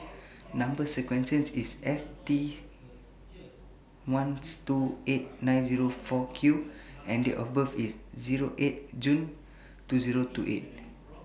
Number sequence IS S T one two eight nine Zero four Q and Date of birth IS Zero eight June two Zero two eight